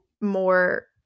more